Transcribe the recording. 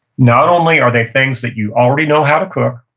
not only are they things that you already know how to cook,